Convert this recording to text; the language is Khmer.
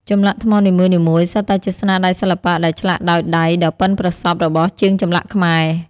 ចម្លាក់ថ្មនីមួយៗសុទ្ធតែជាស្នាដៃសិល្បៈដែលឆ្លាក់ដោយដៃដ៏ប៉ិនប្រសប់របស់ជាងចម្លាក់ខ្មែរ។